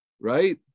right